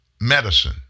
medicine